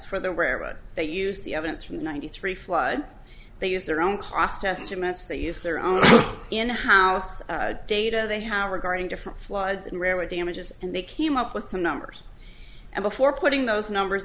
for the rare blood they use the evidence from the ninety three flood they use their own cost estimates they use their own in house data they have regarding different floods and there were damages and they came up with some numbers and before putting those numbers